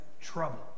trouble